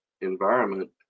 environment